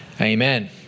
amen